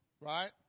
right